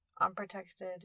unprotected